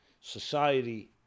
society